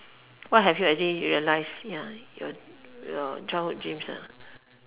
what have you already realised ya your your childhood dreams lah